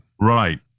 Right